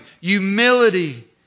Humility